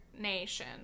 nation